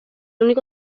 único